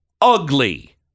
Ugly